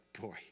boy